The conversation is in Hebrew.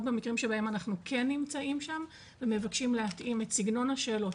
במקרים שבהם אנחנו כן נמצאים שם ומבקשים להתאים את סגנון השאלות,